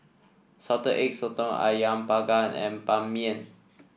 Salted Egg Sotong ayam panggang and Ban Mian